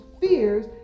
fears